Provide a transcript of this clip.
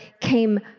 came